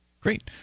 Great